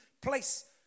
place